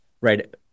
Right